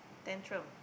tantrum